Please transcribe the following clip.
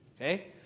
Okay